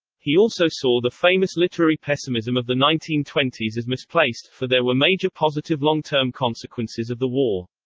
he also saw the famous literary pessimism of the nineteen twenty s as misplaced, for there were major positive long-term consequences of the war.